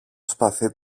σπαθί